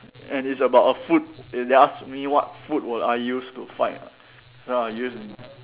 and it's about a food they asked me what food would I use to fight [what] so I'll use